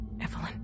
Evelyn